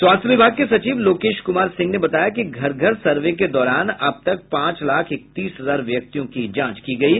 स्वास्थ्य विभाग के सचिव लोकेश कुमार सिंह ने बताया कि घर घर सर्वे के दौरान अब तक पांच लाख इकतीस हजार व्यक्तियों की जांच की गयी है